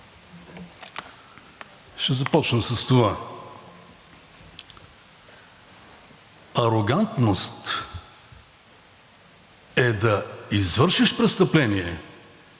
Ще започна с това: арогантност е да извършиш престъпление